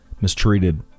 mistreated